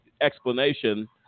explanation